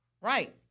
Right